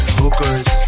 hookers